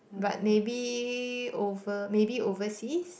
but maybe over maybe overseas